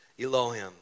Elohim